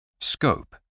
Scope